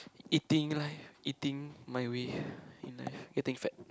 eating life eating my way in life eating fat